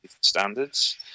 standards